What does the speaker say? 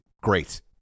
Great